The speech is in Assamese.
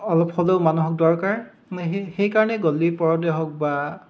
অলপ হ'লেও মানুহক দৰকাৰ সেই কাৰণেই গধূলি পৰতেই হওক বা